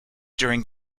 during